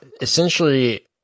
essentially